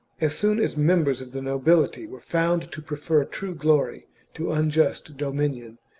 as soon as members of the nobility were found to prefer true glory to unjust dominion,